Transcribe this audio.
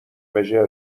مژر